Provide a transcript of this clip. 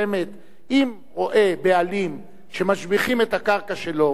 אם רואה בעלים שמשביחים את הקרקע שלו ואינו מגיב,